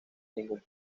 ningún